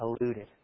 alluded